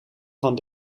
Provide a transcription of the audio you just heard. van